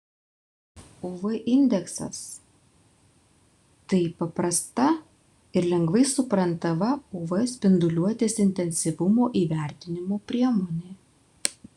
uv indeksas tai paprasta ir lengvai suprantama uv spinduliuotės intensyvumo įvertinimo priemonė